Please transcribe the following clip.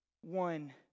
one